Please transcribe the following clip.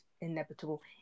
inevitable